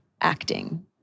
acting